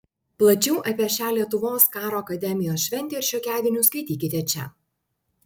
plačiau apie šią lietuvos karo akademijos šventę ir šiokiadienius skaitykite čia